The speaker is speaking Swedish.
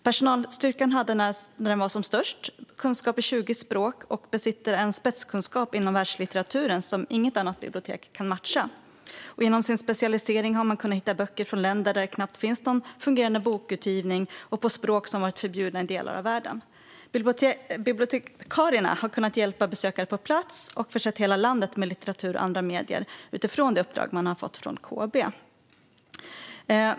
Personalstyrkan hade när den var som störst kunskap i 20 språk och besitter en spetskunskap inom världslitteraturen som inget annat bibliotek kan matcha. Inom sin specialisering har man kunnat hitta böcker från länder där det knappt finns fungerande bokutgivning och på språk som varit förbjudna i delar av världen. Bibliotekarierna har kunnat hjälpa besökare på plats och har försett hela landet med litteratur och andra medier utifrån det uppdrag man har fått från KB.